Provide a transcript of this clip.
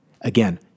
Again